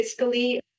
fiscally